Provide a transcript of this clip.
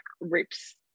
rips